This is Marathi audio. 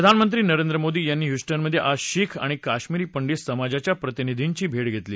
प्रधानमंत्री नरेंद्र मोदी यांनी ह्यूस्टनमधे आज शीख आणि कश्मीरी पंडीत समाजाच्या प्रतिनिधींची भेट घेतली